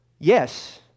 Yes